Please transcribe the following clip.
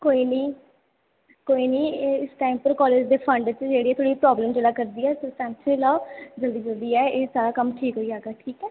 कोई निं कोई निं इस बेल्लै कॉलेज़ दे फंड बिच थोह्ड़ी प्रॉब्लम चला करदी ऐ तुस टेंशन निं लैओ एह् जल्दी जल्दी कम्म ठीक होई जाह्गा